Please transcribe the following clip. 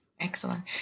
excellent